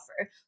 offer